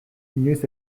inoiz